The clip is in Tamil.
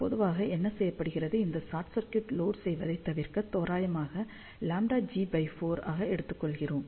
பொதுவாக என்ன செய்யப்படுகிறது இந்த ஷொர்ட் சர்க்யூட் லோட் செய்வதைத் தவிர்க்க தோராயமாக λg4 ஆக எடுத்துக் கொள்ளுங்கள்